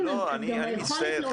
אז גם היכולת להוציא --- אני מצטער,